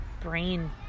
brain